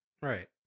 Right